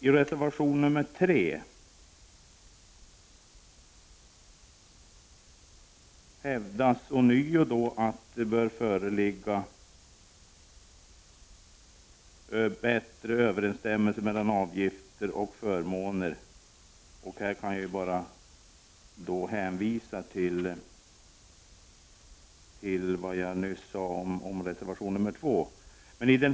I reservation nr 3 hävdas ånyo att det bör föreligga bättre överensstämmelse mellan avgifter och förmåner. Jag kan bara hänvisa till vad jag nyss sade om reservation 2.